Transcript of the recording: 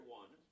one